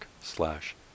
slash